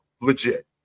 Legit